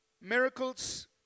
Miracles